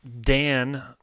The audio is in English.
Dan